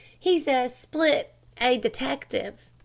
he's a split a detective.